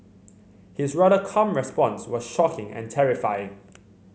his rather calm response was shocking and terrifying